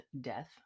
death